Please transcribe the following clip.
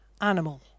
animal